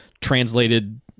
translated